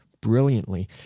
brilliantly